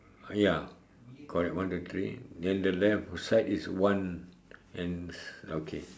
ya correct one two three then the left side is one and okay